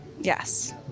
Yes